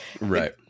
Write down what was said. Right